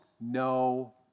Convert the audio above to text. no